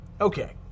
okay